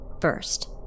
first